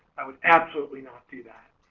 i would absolutely not do that.